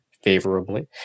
favorably